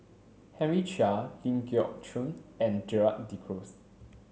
Henry Chia Ling Geok Choon and Gerald De Cruz